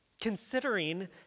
Considering